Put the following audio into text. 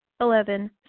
Eleven